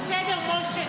בסדר?